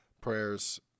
prayers